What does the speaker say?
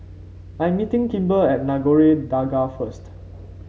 I'm meeting Kimber at Nagore Dargah first